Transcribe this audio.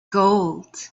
gold